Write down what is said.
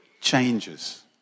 changes